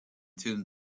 tune